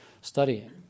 studying